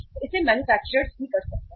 तो इसे मैन्युफैक्चरर्स भी कर सकते हैं